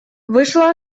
вышла